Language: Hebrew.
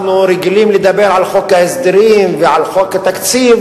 אנחנו רגילים לדבר על חוק ההסדרים ועל חוק התקציב,